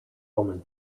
omen